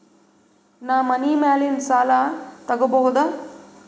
ನಾ ಮನಿ ಮ್ಯಾಲಿನ ಸಾಲ ತಗೋಬಹುದಾ?